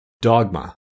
Dogma